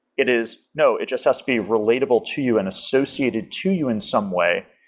it is, no. it just has to be relatable to you and associated to you in some way.